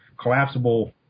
collapsible